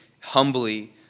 humbly